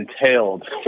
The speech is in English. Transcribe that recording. entailed